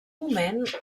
moment